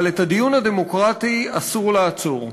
אבל את הדיון הדמוקרטי אסור לעצור,